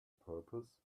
purpose